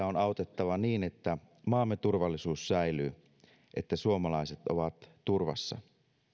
on autettava niin että maamme turvallisuus säilyy että suomalaiset ovat turvassa